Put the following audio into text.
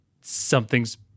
something's